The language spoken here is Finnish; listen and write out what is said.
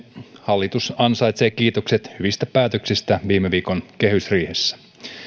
hallitus ansaitsee kiitokset hyvistä päätöksistä viime viikon kehysriihessä